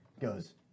goes